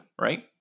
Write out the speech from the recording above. Right